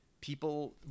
people